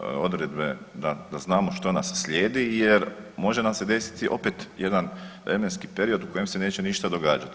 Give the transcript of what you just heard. odredbe da znamo što nas slijedi jer može nam se desiti opet jedan vremenski period u kojem se neće ništa događati.